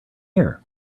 here